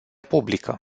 publică